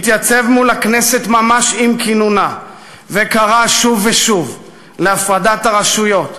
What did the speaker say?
התייצב מול הכנסת ממש עם כינונה וקרא שוב ושוב להפרדת הרשויות,